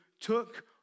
took